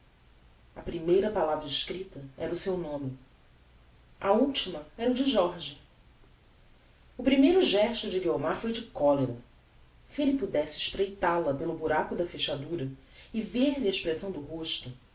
a primeira palavra escripta era o seu nome a ultima era o de jorge o primeiro gesto de guiomar foi de colera se elle pudesse espreita la pelo buraco da fechadura e ver-lhe a expressão do rosto